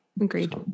agreed